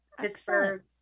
Pittsburgh